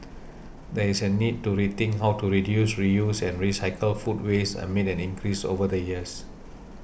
there is a need to rethink how to reduce reuse and recycle food waste amid an increase over the years